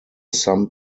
some